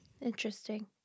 Interesting